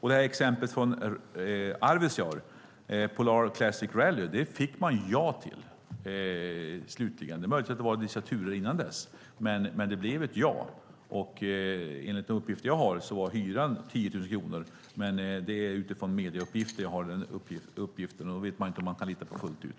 I exemplet från Arvidsjaur med Polar Classic Rally fick man slutligen ja. Det är möjligt att det var vissa turer innan dess, men det blev ett ja. Enligt de uppgifter jag har var hyran 10 000 kronor. Det är utifrån medieuppgifter, och jag vet inte om man kan lita på det fullt ut.